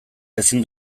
ezin